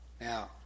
Now